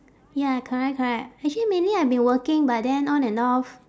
ya correct correct actually mainly I've been working but then on and off